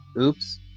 Oops